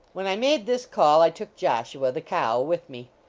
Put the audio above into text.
when i made this call i took joshua, the cow, with me.